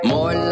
More